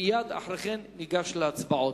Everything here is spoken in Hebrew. מייד לאחר מכן ניגש להצבעות,